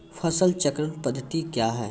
फसल चक्रण पद्धति क्या हैं?